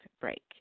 break